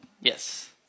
Yes